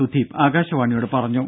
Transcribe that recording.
സുധീപ് ആകാശവാണിയോട് പറഞ്ഞു